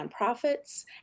nonprofits